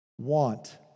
want